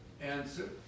answer